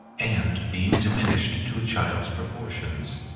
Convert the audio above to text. and being diminished to a child's proportions.